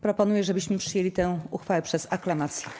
Proponuję, żebyśmy przyjęli tę uchwałę przez aklamację.